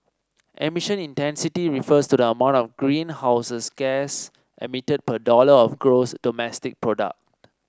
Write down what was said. emission intensity refers to the amount of greenhouses gas emitted per dollar of gross domestic product